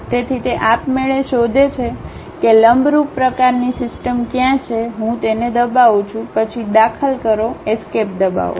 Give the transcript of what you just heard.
તેથી તે આપમેળે શોધે છે કે લંબરૂપ પ્રકારની સિસ્ટમ ક્યાં છે હું તેને દબાવું છું પછી દાખલ કરો એસ્કેપ દબાવો